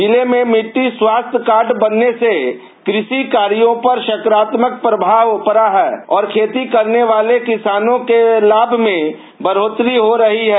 जिले में मिट्टी स्वास्थ्य कार्ड बनने से कृषि कार्यो पर सकारात्मक प्रभाव पडा है और खेती करने वाले किसानों के लाभ में बढोतरी हो रही है